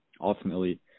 ultimately